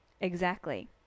Exactly